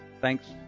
Thanks